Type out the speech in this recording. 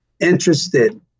interested